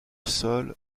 sol